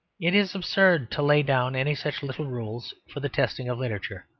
it is absurd to lay down any such little rules for the testing of literature.